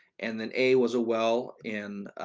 and then a was a well in.